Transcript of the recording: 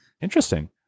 Interesting